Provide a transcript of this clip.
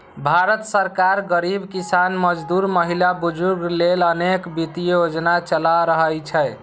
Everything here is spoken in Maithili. भारत सरकार गरीब, किसान, मजदूर, महिला, बुजुर्ग लेल अनेक वित्तीय योजना चला रहल छै